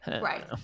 right